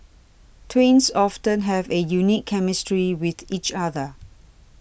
twins often have a unique chemistry with each other